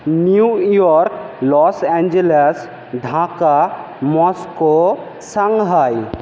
new York Los Angeles Dhaka Moscow Shanghai